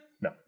No